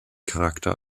charakter